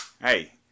Hey